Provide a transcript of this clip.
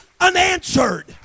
unanswered